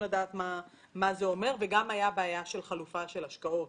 גם הייתה בעיה של חלופה של השקעות.